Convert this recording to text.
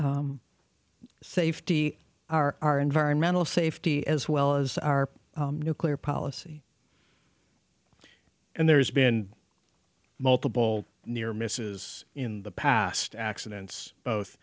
safety our our environmental safety as well as our nuclear policy and there's been multiple near misses in the past accidents both